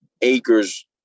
acres